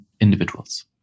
individuals